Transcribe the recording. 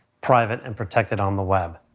private, and protected on the web.